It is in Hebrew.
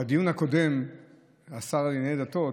בדיון הקודם השר לענייני דתות